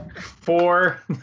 Four